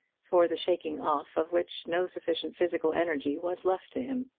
for the shaking off of which no sufficient physical energy was left to him.